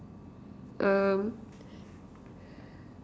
um